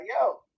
yo